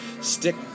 stick